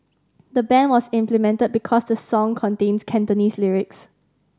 the ban was implemented because the song contains Cantonese lyrics